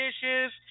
dishes